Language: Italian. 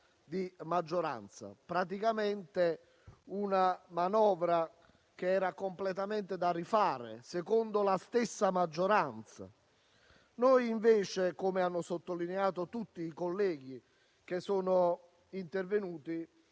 di maggioranza: praticamente una manovra completamente da rifare, secondo la stessa maggioranza. Come hanno sottolineato tutti i colleghi che sono intervenuti,